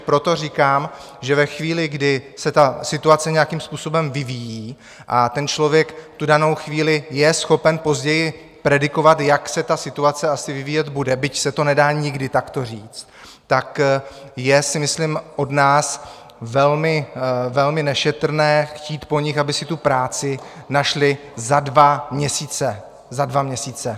Proto říkám, že ve chvíli, kdy se situace nějakým způsobem vyvíjí a ten člověk v danou chvíli je schopen později predikovat, jak se situace asi vyvíjet bude, byť se to nedá nikdy takto říct, tak je si myslím od nás velmi nešetrné chtít po nich, aby si tu práci našli za dva měsíce.